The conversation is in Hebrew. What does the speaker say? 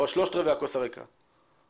כמו שחבר הכנסת ינון אמר,